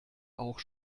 auch